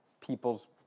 people's